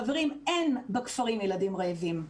חברים, אין בכפרים ילדים רעבים.